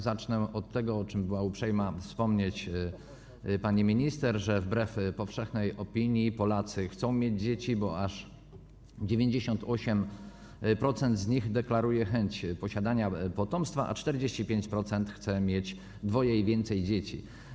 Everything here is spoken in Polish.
Zacznę od tego, o czym była uprzejma wspomnieć pani minister, że wbrew powszechnej opinii Polacy chcą mieć dzieci, bo aż 98% z nich deklaruje chęć posiadania potomstwa, a 45% chce mieć dwoje i więcej dzieci.